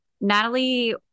Natalie